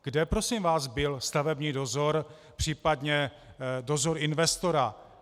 Kde prosím vás byl stavební dozor, případně dozor investora?